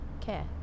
care